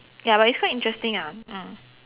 ya but it's quite interesting ah mm